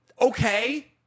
okay